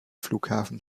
flughafen